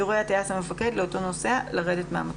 יורה הטייס המפקד לאותו נוסע לרדת מהמטוס.